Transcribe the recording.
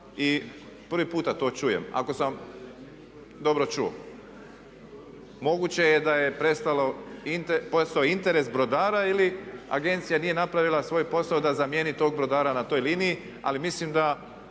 i prvi puta to čujem, ako sam dobro čuo. Moguće da je prestao interes brodara ili agencije nije napravila svoj posao da zamijeni tog brodara na toj liniji, ali mislim da